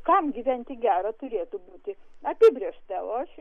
kam gyventi gera turėtų būti apibrėžta o aš